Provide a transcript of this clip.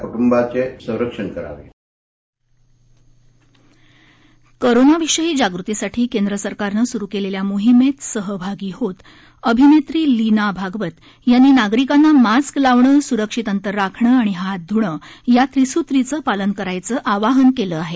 hold bite कोरोनाविषयी जागृतीसाठी केंद्र सरकारनं सुरु केलेल्या मोहीमेत सहभागी होत अभिनेत्री लीना भागवत यांनी नागरिकांना मास्क लावणं सुरक्षित अंतर राखण आणि हात धुणं या त्रिसूतीचं पालन करण्याचं आवाहन केलं आहे